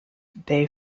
they